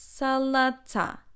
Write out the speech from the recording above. Salata